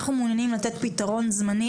אנחנו מעוניינים לתת פתרון זמני,